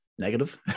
negative